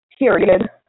Period